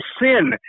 sin